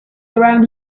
around